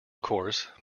course